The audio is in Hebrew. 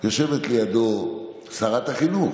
ויושבת לידו שרת החינוך,